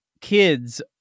kids